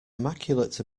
immaculate